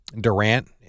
Durant